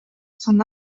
son